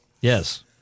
yes